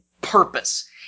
purpose